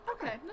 Okay